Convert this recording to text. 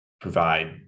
provide